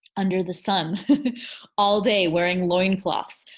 under the sun all day wearing loincloths.